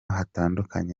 hatandukanye